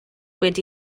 wedi